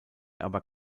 aber